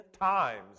times